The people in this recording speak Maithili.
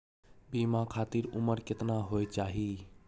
बीमा खातिर उमर केतना होय चाही?